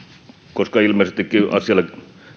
koska ilmeisestikin asialle